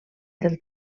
del